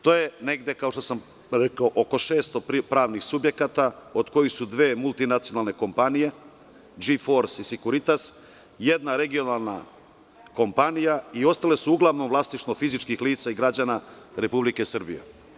To je negde, kao što sam rekao oko 600 pravnih subjekata, od kojih su dve multinacionalne kompanije „Dži fors“ i „Sekuritas“, jedna regionalna kompanija i ostale su uglavnom vlasništvo fizičkih lica i građana Republike Srbije.